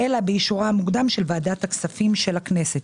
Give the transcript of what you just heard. אלא באישורה המוקדם של ועדת הכספים של הכנסת".